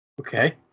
Okay